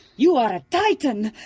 you are a titan!